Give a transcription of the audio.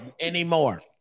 anymore